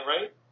right